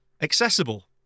accessible